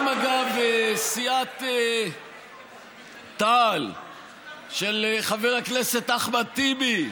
גם, אגב, סיעת תע"ל של חבר הכנסת אחמד טיבי,